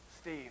Steve